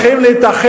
אנחנו צריכים להתאחד,